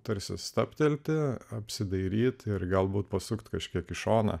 tarsi stabtelti apsidairyti ir galbūt pasukti kažkiek į šoną